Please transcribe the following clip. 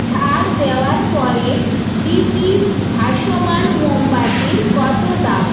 ছাড় দেওয়ার পরে ডিপি ভাসমান মোমবাতির কত দাম